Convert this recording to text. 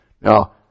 Now